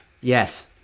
Yes